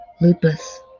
lupus